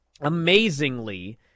Amazingly